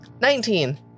Nineteen